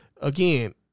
again